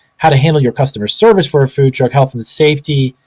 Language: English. how to handle your customer service for a food truck, health and safety.